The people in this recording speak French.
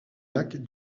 lacs